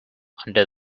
under